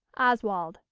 oswald.